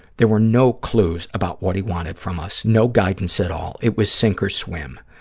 there were no clues about what he wanted from us, no guidance at all. it was sink or swim.